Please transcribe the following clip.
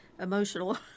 emotional